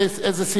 פה ספק,